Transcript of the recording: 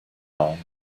man